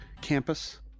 campus